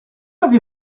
avez